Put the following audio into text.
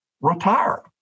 retire